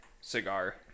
cigar